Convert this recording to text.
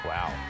Wow